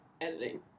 editing